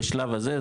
בשלב הזה,